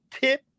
tip